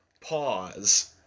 pause